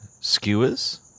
skewers